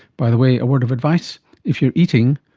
by the way, a word of advice if you're eating,